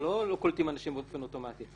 קולטים אנשים באופן אוטומטי,